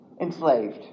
enslaved